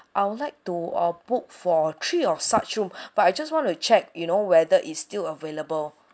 I would like to uh book for three of such rooms but I just want to check you know whether it's still available